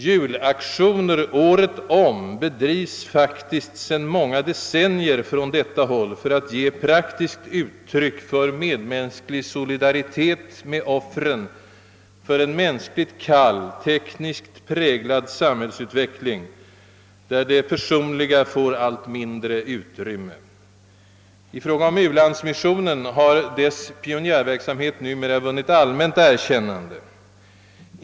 »Julaktioner» året om bedrivs faktiskt sedan många decennier från detta håll för att ge praktiskt uttryck för medmänsklig solidaritet med offren för en mänskligt kall, tekniskt präglad samhällsutveckling, där det personliga får allt mindre utrymme. I fråga om u-landsmissionen har dess pionjärverksamhet numera vunnit allmänt erkännande.